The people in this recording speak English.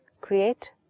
create